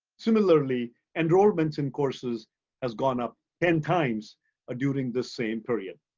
similarly, enrollments in courses has gone up ten times during the same period.